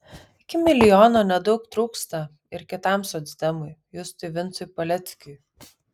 iki milijono nedaug trūksta ir kitam socdemui justui vincui paleckiui